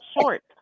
short